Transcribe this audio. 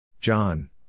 John